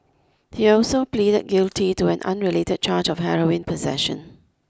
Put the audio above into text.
he also pleaded guilty to an unrelated charge of heroin possession